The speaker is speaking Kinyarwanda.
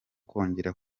kongera